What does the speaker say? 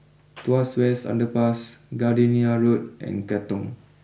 Tuas West Underpass Gardenia Road and Katong